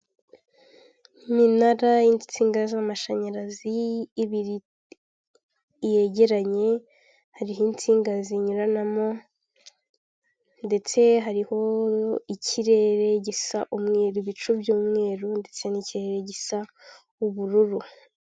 Iminara y'insinga z'amashanyarazi ibiri yegeranye hariho insinga zinyuranamo ndetse hariho ikirere gisa umweru ibicu by'umweru ndetse n'ikirere gisa ubururu.